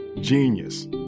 genius